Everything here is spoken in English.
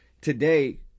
today